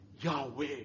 Yahweh